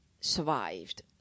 survived